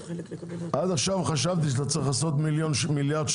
עד עכשיו חשבתי שאתה צריך לעשות 1.3 מיליארד.